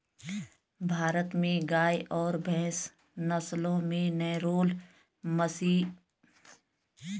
भारत में गाय और भैंस नस्लों में नेलोर मवेशी ब्राह्मण मवेशी गेज़रैट मवेशी शामिल है